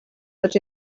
that